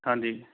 ਹਾਂਜੀ